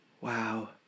wow